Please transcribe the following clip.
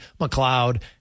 McLeod